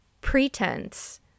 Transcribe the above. pretense